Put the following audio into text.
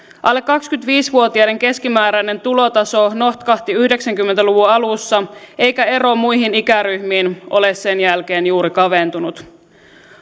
alle kaksikymmentäviisi vuotiaiden keskimääräinen tulotaso notkahti yhdeksänkymmentä luvun alussa eikä ero muihin ikäryhmiin ole sen jälkeen juuri kaventunut